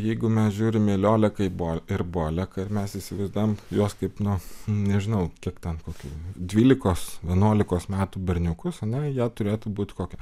jeigu mes žiūrim į lioleką į ir boleką ir mes įsivaizduojam juos kaip nu nežinau kiek ten kokių dvylikos vienuolikos metų berniukusar ne jie turėtų būti kokio